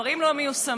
ודברים לא מיושמים,